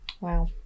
Wow